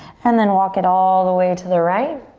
and then walk it all the way to the right.